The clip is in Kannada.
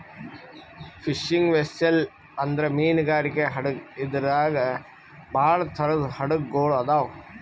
ಫಿಶಿಂಗ್ ವೆಸ್ಸೆಲ್ ಅಂದ್ರ ಮೀನ್ಗಾರಿಕೆ ಹಡಗ್ ಇದ್ರಾಗ್ ಭಾಳ್ ಥರದ್ ಹಡಗ್ ಗೊಳ್ ಅದಾವ್